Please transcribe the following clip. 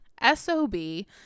S-O-B